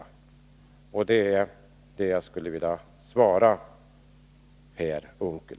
Det är det jag skulle vilja svara Per Unckel.